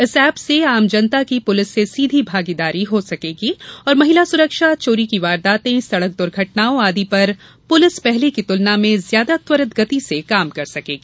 इस एप से आम जनता की पुलिस से सीधी भागीदारी हो सकेगी और महिला सुरक्षा चोरी की वारदातें सड़क दुर्घटनाओं आदि पर पुलिस पहले की तुलना में ज्यादा त्वरित गति से काम कर सकेगी